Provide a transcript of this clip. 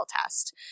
test